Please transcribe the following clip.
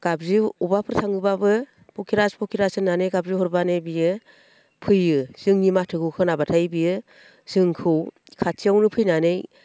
गाबज्रि अबाफोर थाङोब्लाबो फकिरास फकिरास होननानै गाबज्रिहरब्लानो बियो फैयो जोंनि माथोखौ खोनाब्लाथाय बियो जोंखौ खाथियावनो फैनानै